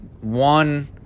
One